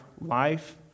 life